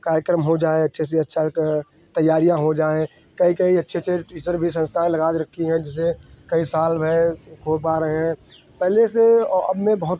कार्यक्रम हो जाएँ अच्छे से अच्छा का तैयारियाँ हो जाएँ कहीं कहीं अच्छे अच्छे टीचर भी सँस्थाएँ लगाकर रखी हैं जैसे कई सॉल्व हैं हो पा रहे हैं पहले से और अब में बहुत